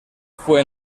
fue